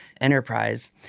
Enterprise